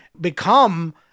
become